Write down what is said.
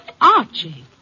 Archie